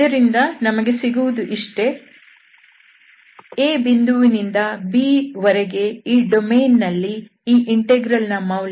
ಇದರಿಂದ ನಮಗೆ ಸಿಗುವುದು ಇಷ್ಟೇ a ಬಿಂದುವಿನಿಂದ b ವರೆಗೆ ಆ ಡೊಮೇನ್ ನಲ್ಲಿ ಈ ಇಂಟೆಗ್ರಲ್ ನ ಮೌಲ್ಯ fb f